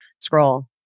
scroll